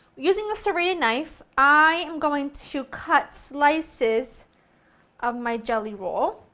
using a serrated knife, i am going to cut slices of my jelly roll.